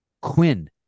Quinn